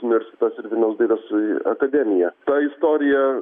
universitetas ir vilniaus dailės akademija ta istorija